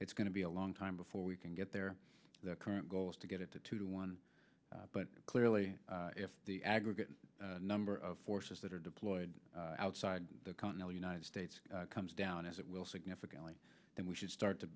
it's going to be a long time before we can get there the current goal is to get it to two to one but clearly if the aggregate number of forces that are deployed outside the continental united states comes down as it will significantly and we should start to